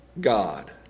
God